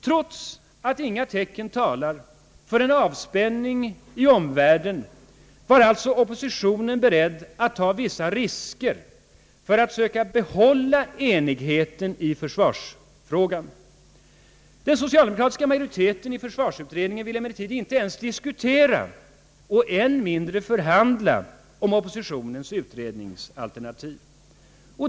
Trots att inga tecken talar för en avspänning i omvärlden var alltså oppositionen breredd att ta vissa risker för att söka behålla enigheten i försvarsfrågan. Den socialdemokratiska majoriteten i försvarsutredningen ville emellertid inte ens diskutera och än mindre förhandla om oppositionens utredningsalternativ.